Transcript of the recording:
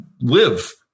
live